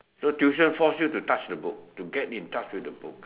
so tuition force you to touch the book to get in touch with the book